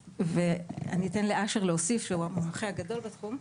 אני אתן לאשר להוסיף, הוא המומחה הגדול בתחום.